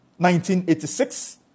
1986